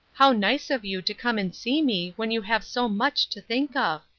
how nice of you to come and see me when you have so much to think of.